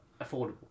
affordable